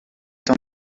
dans